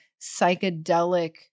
psychedelic